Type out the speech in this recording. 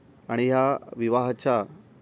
आणि ह्या विवाहाच्या